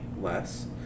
less